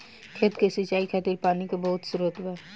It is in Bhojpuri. खेत के सिंचाई खातिर पानी के बहुत स्त्रोत बा